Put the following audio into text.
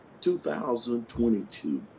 2022